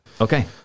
Okay